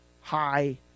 high